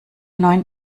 neun